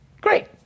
Great